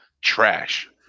trash